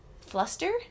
fluster